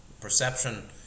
perception